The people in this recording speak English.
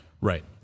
Right